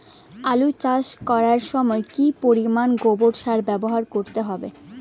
আলু চাষ করার সময় কি পরিমাণ গোবর সার ব্যবহার করতে হবে?